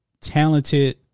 talented